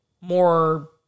more